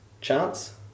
Chance